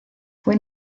fue